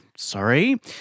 Sorry